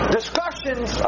discussions